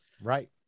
Right